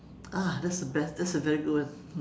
ah that's the best that's a very good one